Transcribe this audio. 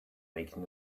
making